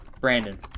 Brandon